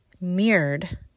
mirrored